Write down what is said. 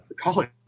college